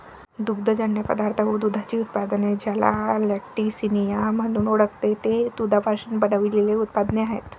दुग्धजन्य पदार्थ व दुधाची उत्पादने, ज्याला लॅक्टिसिनिया म्हणून ओळखते, ते दुधापासून बनविलेले उत्पादने आहेत